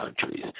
countries